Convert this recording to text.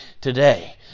today